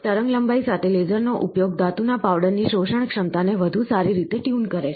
તરંગલંબાઇ સાથે લેસરનો ઉપયોગ ધાતુના પાવડરની શોષણક્ષમતાને વધુ સારી રીતે ટ્યુન કરે છે